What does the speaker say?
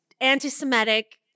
anti-Semitic